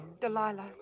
Delilah